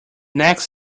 next